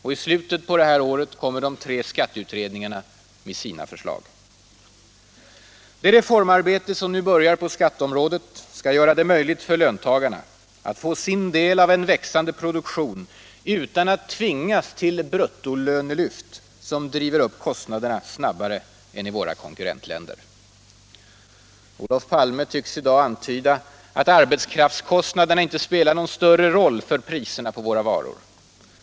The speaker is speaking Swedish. I slutet på det här året kommer de tre skatteutredningarna med sina förslag. Det reformarbete som nu börjar på skatteområdet skall göra det möjligt för löntagarna att få sin del av en växande produktion utan att tvingas till bruttolönelyft som driver upp kostnaderna snabbare än i våra konkurrentländer. Allmänpolitisk debatt Allmänpolitisk debatt Olof Palme tycks i dag vilja antyda att arbetskraftskostnaderna inte spelar någon större roll för priserna på våra varor.